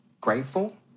grateful